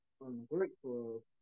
ungrateful